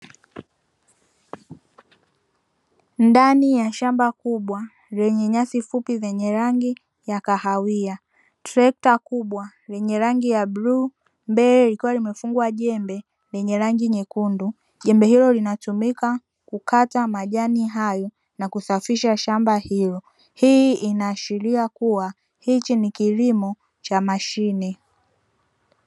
Ndani ya shamba kubwa lenye nyasi fupi zenye rangi ya kahawia, trekta kubwa lenye rangi ya bluu, mbele likiwa limefungwa jembe lenye rangi nyekundu. Jembe hilo linatumika kukata majani hayo na kusafisha shamba hilo. Hii inashiria kuwa hichi ni kilimo cha mashine.